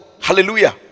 Hallelujah